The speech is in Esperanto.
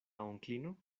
onklino